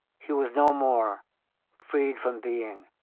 he was no more freed from being,